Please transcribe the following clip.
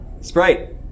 Sprite